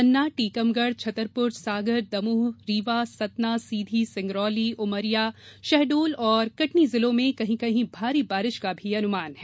पन्ना टीकमगढ़ छतरपुर सागर दमोह रीवा सतना सीधी सिंगरौली उमरिया शहडोल और कटनी जिलों में कहीं कहीं भारी बारिश का भी अनुमान है